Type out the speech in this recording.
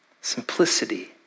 Simplicity